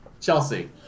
Chelsea